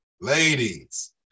Ladies